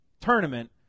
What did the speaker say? Tournament